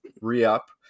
re-up